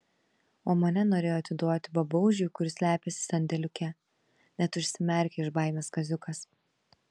o mane norėjo atiduoti babaužiui kuris slepiasi sandėliuke net užsimerkė iš baimės kaziukas